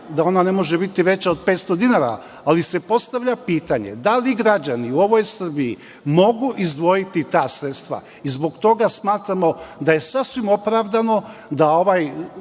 da ona ne može biti veća od 500 dinara, ali se postavlja pitanje, da li građani u ovoj Srbiji mogu izdvojiti ta sredstva i zbog toga smatramo da je sasvim opravdano da ova